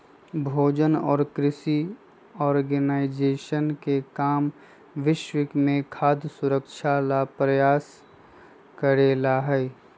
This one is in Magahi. भोजन और कृषि ऑर्गेनाइजेशन के काम विश्व में खाद्य सुरक्षा ला प्रयास करे ला हई